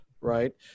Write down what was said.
right